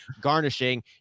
garnishing